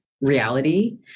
reality